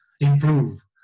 improve